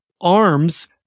arms